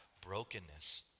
brokenness